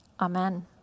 Amen